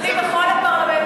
זה מה שהוא אמר.